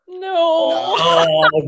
No